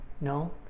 No